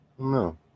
No